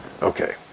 Okay